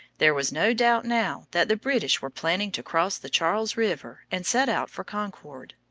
there was no doubt now that the british were planning to cross the charles river and set out for concord.